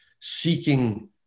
seeking